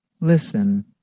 Listen